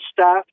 staff